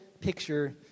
picture